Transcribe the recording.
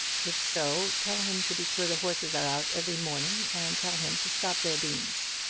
if so, tell him to be sure the horses are out every morning and tell him to stop their beans.